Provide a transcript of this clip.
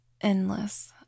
endless